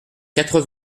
quatre